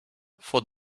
for